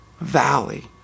valley